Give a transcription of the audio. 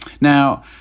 Now